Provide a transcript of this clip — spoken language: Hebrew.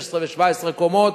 ו-16 ו-17 קומות,